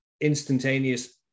instantaneous